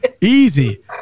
Easy